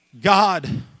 God